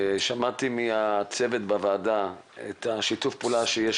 שמעתי מהצוות בוועדה את שיתוף הפעולה שיש